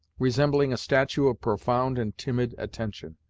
resembling a statue of profound and timid attention.